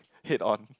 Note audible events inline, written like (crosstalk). head on (noise)